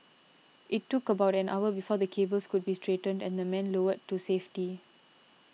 it took about an hour before the cables could be straightened and the men lowered to safety